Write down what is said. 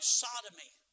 sodomy